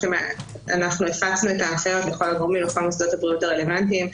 אנחנו הפצנו את ההנחיות לכל הגורמים ולכל מוסדות הבריאות הרלוונטיים,